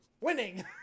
Winning